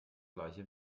gleiche